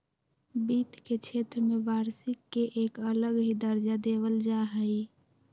वित्त के क्षेत्र में वार्षिक के एक अलग ही दर्जा देवल जा हई